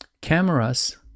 cameras